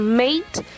mate